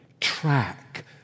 track